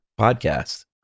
podcast